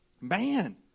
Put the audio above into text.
Man